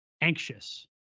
anxious